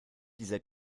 dieser